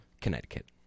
Connecticut